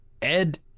Ed